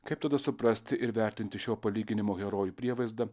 kaip tada suprasti ir vertinti šio palyginimo herojų prievaizdą